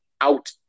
out